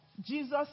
Jesus